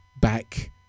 back